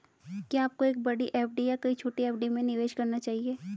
क्या आपको एक बड़ी एफ.डी या कई छोटी एफ.डी में निवेश करना चाहिए?